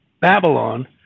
Babylon